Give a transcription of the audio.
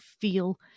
feel